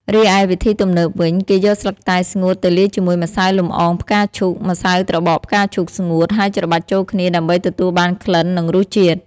រីឯវិធីទំនើបវិញ គេយកស្លឹកតែស្ងួតទៅលាយជាមួយម្សៅលំអងផ្កាឈូកឬម្សៅត្របកផ្កាឈូកស្ងួត ហើយច្របាច់ចូលគ្នាដើម្បីទទួលបានក្លិននិងរសជាតិ។